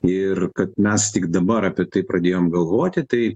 ir kad mes tik dabar apie tai pradėjom galvoti tai